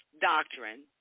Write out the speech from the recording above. doctrine